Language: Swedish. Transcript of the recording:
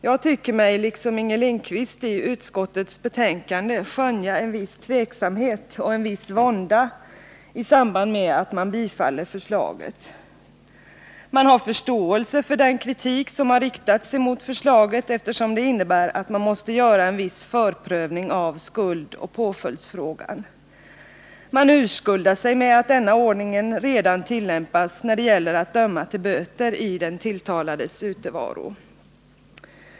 Jag tycker mig liksom Inger Lindquist i utskottets betänkande skönja en viss tveksamhet och en viss vånda i samband med att man biträder förslaget. Man har förståelse för den kritik som har riktats mot förslaget, eftersom det innebär att det måste göras en viss förprövning av skuldoch påföljdsfrågan. Man urskuldar sig med att denna ordning redan tillämpas när det gäller att döma till böter i den tilltalades utevaro.